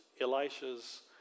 Elisha's